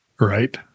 right